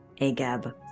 Agab